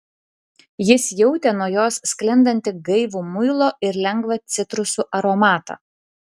jis jautė nuo jos sklindantį gaivų muilo ir lengvą citrusų aromatą